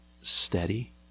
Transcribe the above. steady